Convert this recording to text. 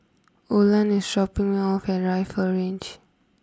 Olan is dropping me off at Rifle Range